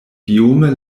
biome